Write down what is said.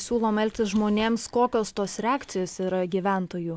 siūloma elgtis žmonėms kokios tos reakcijos yra gyventojų